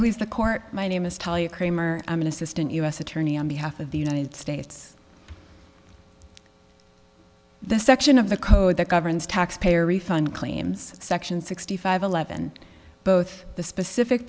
please the court my name is tell you kramer i'm an assistant u s attorney on behalf of the united states the section of the code that governs taxpayer refund claims section sixty five eleven both the specific